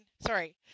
sorry